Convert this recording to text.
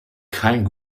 kein